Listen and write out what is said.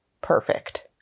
perfect